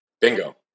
Bingo